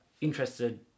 interested